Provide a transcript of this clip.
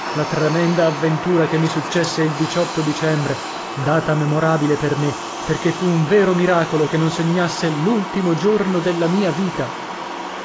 la tremenda avventura che mi successe il dicembre data memorabile per me perché fu un vero miracolo che non segnasse l'ultimo giorno della mia vita